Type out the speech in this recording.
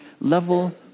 level